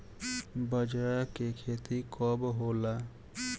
बजरा के खेती कब होला?